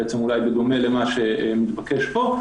בדומה למה שמתבקש פה,